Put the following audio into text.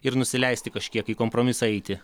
ir nusileisti kažkiek į kompromisą eiti